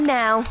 now